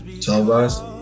televised